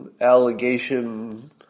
allegation